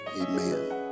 Amen